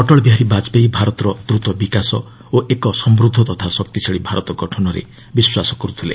ଅଟଳ ବିହାରୀ ବାଜପେୟୀ ଭାରତର ଦ୍ରତ ବିକାଶ ଓ ଏକ ସମୃଦ୍ଧ ତଥା ଶକ୍ତିଶାଳୀ ଭାରତ ଗଠନରେ ବିଶ୍ୱାସ କରୁଥିଲେ